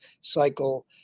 cycle